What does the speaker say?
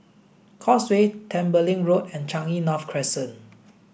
Causeway Tembeling Road and Changi North Crescent